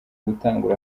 gutangwa